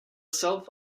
self